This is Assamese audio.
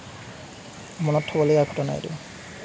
মনত থবলগীয়া ঘটনা এইটো